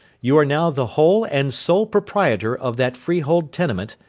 you are now the whole and sole proprietor of that freehold tenement,